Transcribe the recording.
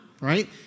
right